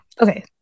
okay